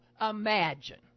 imagine